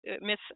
miss